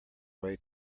way